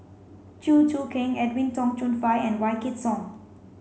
Chew Choo Keng Edwin Tong Chun Fai and Wykidd Song